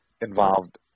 involved